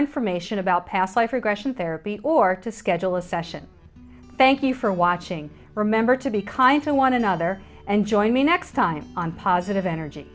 information about past life regression therapy or to schedule a session thank you for watching remember to be kind to one another and join me next time on positive energy